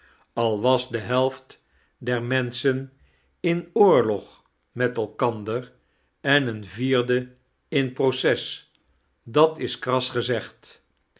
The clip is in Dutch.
al was de helft der anenschen in oorlog met elkander en eein vierde in proces dat is kras gezegd